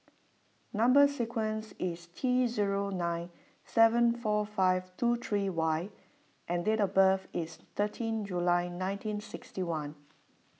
Number Sequence is T zero nine seven four five two three Y and date of birth is thirteen July nineteen sixty one